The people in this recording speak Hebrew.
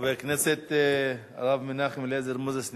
חבר הכנסת הרב מנחם אליעזר מוזס נמצא?